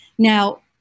Now